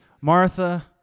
Martha